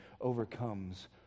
overcomes